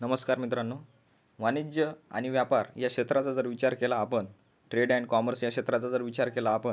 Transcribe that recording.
नमस्कार मित्रांनो वाणिज्य आणि व्यापार या क्षेत्राचा जर विचार केला आपण ट्रेड अँड कॉमर्स या क्षेत्राचा जर विचार केला आपण